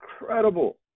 Incredible